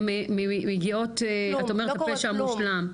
הן מגיעות, את אומרת הפשע המושלם.